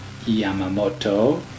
Yamamoto